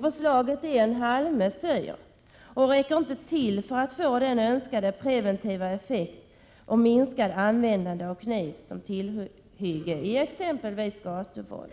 Förslaget är en halvmesyr, och räcker inte till för en önskad preventiv effekt och för att minska användandet av kniv som tillhygge i exempelvis gatuvåld.